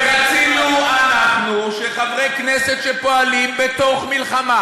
ורצינו שלחברי כנסת שפועלים בתוך מלחמה,